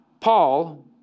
Paul